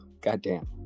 Goddamn